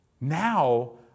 Now